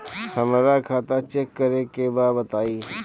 हमरा खाता चेक करे के बा बताई?